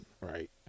right